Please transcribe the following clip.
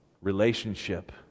relationship